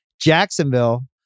Jacksonville